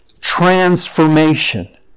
transformation